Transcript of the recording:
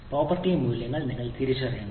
property മൂല്യങ്ങൾ നിങ്ങൾ തിരിച്ചറിയണം